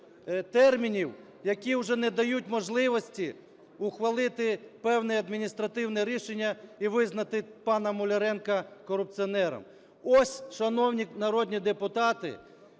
термінів, які вже не дають можливості ухвалити певне адміністративне рішення і визнати панаМуляренка корупціонером. Ось, шановні народні депутати,